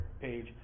page